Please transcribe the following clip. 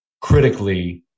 critically